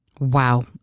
Wow